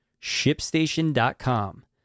shipstation.com